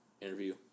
interview